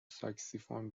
ساکسیفون